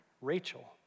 Rachel